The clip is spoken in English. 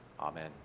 Amen